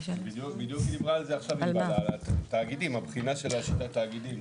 בדיוק דיברה על זה עכשיו, על של שיטת התאגידים.